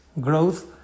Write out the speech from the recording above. Growth